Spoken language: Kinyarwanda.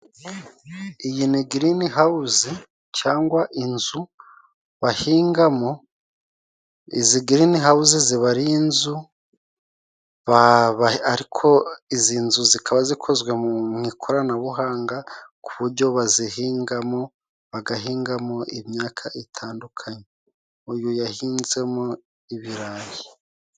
Iyi ni grini hawuze cyangwa inzu bahingamo. Izi grini hawuze ziba ari inzu ariko izi nzu zikaba zikozwe mu ikoranabuhanga ku bujyo bazihingamo, bagahingamo imyaka itandukanye, uyu yahinzemo ibirayi.